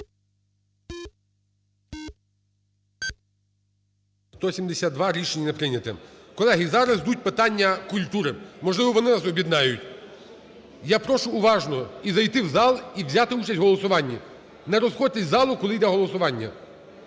За-172 Рішення не прийнято. Колеги, зараз йдуть питання культури, можливо, вони нас об'єднають. Я прошу уважно і зайти в зал, і взяти участь в голосуванні. Не розводьтесь із залу, коли йде голосування.